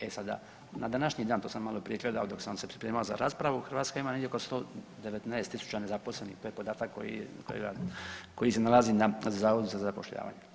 E sada, na današnji dan, to sam maloprije rekao da dok sam se pripremao za raspravu Hrvatska ima negdje oko 119.000 nezaposlenih, to je podatak koji, koji se nalazi na Zavodu za zapošljavanje.